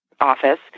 office